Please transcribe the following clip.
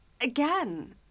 Again